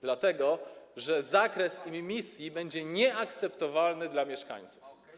dlatego że zakres immisji będzie nieakceptowalny dla mieszkańców.